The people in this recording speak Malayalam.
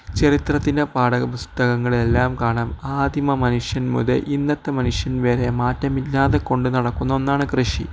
ചരിത്രത്തിൻ്റെ പാഠപുസ്തകങ്ങളിലെല്ലാം കാണാം ആദിമ മനുഷ്യൻ മുതല് ഇന്നത്തെ മനുഷ്യൻ വരെ മാറ്റമില്ലാതെ കൊണ്ടുനടക്കുന്ന ഒന്നാണ് കൃഷി